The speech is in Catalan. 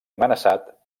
amenaçat